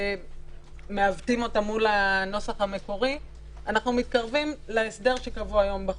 ומעוותים אותה מול הנוסח המקורי אנחנו מתקרבים להסדר שקבוע היום בחוק.